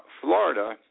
Florida